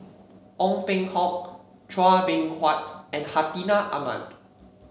Ong Peng Hock Chua Beng Huat and Hartinah Ahmad